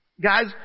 Guys